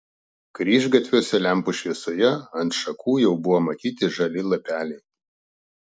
kryžgatviuose lempų šviesoje ant šakų jau buvo matyti žali lapeliai